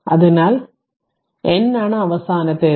അതിനാൽ n ആണ് അവസാനത്തേത്